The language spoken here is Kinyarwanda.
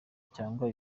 cyangwa